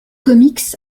comics